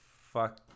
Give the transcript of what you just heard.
fuck